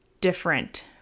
different